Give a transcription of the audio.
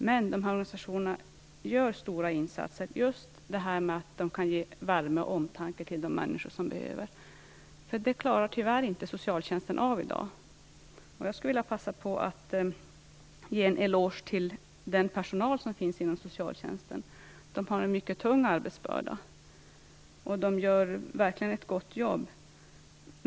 Men organisationerna gör stora insatser, speciellt i form av värme och omtanke om de människor som behöver det. Det klarar tyvärr inte socialtjänsten av i dag. Jag vill passa på att ge en eloge till socialtjänstens personal. De har en mycket tung arbetsbörda, och de gör verkligen ett gott jobb.